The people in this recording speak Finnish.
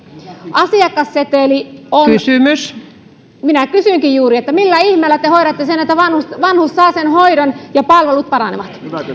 asiakasseteli on minä kysyinkin juuri millä ihmeellä te hoidatte sen että vanhus vanhus saa sen hoidon ja palvelut paranevat